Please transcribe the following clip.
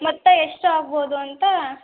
ಮೊತ್ತ ಎಷ್ಟು ಆಗ್ಬೋದು ಅಂತ